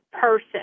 person